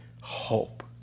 hope